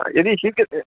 यदि शक्यते